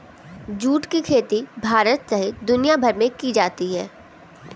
जुट की खेती भारत सहित दुनियाभर में की जाती है